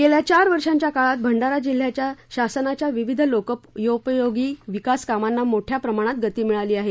गेल्या चार वर्षाच्या काळात भंडारा जिल्हयात शासनाच्या विविध लोकापयोगी विकास कामांना मोठया प्रमाणात गती मिळाली आहे